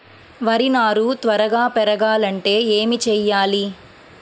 వరి నారు త్వరగా పెరగాలంటే ఏమి చెయ్యాలి?